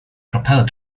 propeller